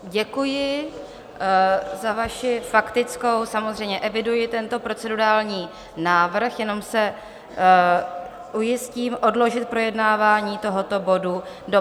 Děkuji za vaši faktickou, samozřejmě eviduji tento procedurální návrh, jenom se ujistím odložit projednávání tohoto bodu do 1. září 2022, rozumím.